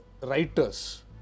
writers